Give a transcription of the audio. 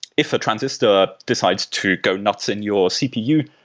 if a transistor decides to go nuts in your cpu,